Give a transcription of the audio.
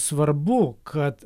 svarbu kad